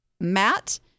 Matt